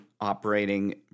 operating